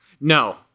No